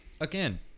again